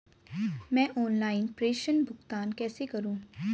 मैं ऑनलाइन प्रेषण भुगतान कैसे करूँ?